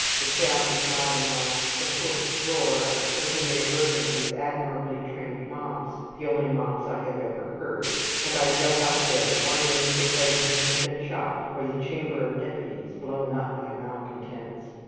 the sound is not unlike the hoarse roar of sir henry irving's admirably trained mobs the only mobs i have ever heard and i jump out of bed, wondering if the president has been shot, or the chamber of deputies blown up by malcontents.